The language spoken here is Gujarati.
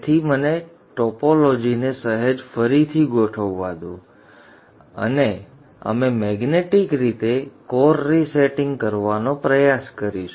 તેથી મને ટોપોલોજીને સહેજ ફરીથી ગોઠવવા દો અને અમે મૈગ્નેટિક રીતે કોર રિસેટિંગ કરવાનો પ્રયાસ કરીશું